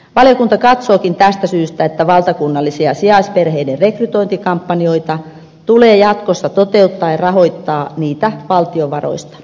valiokunta katsookin tästä syystä että valtakunnallisia sijaisperheiden rekrytointikampanjoita tulee jatkossa toteuttaa ja niitä tulee rahoittaa valtion varoista